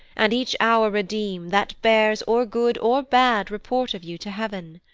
and each hour redeem, that bears or good or bad report of you to heav'n.